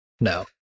No